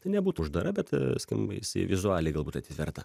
tai nebūtų uždara bet skim jis vizualiai galbūt atitverta